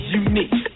unique